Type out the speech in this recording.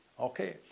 Okay